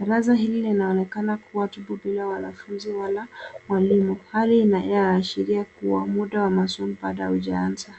Darasa hili linaonekana kuwa kibu bila wanafunzi wala walimu hali inayoashiria kuwa muda wa masomo bado hujaanza.